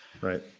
Right